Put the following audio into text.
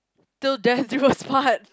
till death do us apart